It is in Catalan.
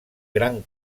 gran